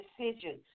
decisions